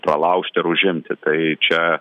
pralaužti ar užimti tai čia